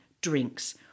drinks